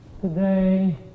today